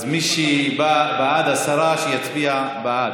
מי שבעד הסרה, שיצביע בעד.